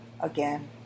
again